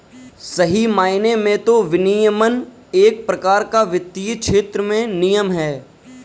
सही मायने में तो विनियमन एक प्रकार का वित्तीय क्षेत्र में नियम है